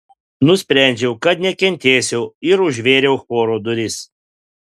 nusprendžiau kad nekentėsiu ir užvėriau choro duris